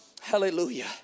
Hallelujah